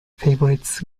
favourites